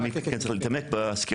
בואו בנות,